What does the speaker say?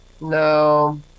no